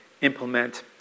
implement